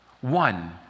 One